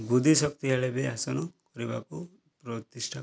ବୁଦ୍ଧି ଶକ୍ତି ହେଲେବି ଆସନ କରିବାକୁ ପ୍ରତିଷ୍ଠା